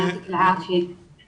אני המנהלת ואני אשמח אם